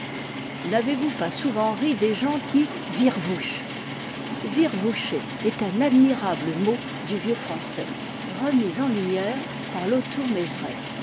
n'avez-vous pas souvent ri des gens qui virvouchent virvoucher est un admirable mot du vieux français remis en lumière par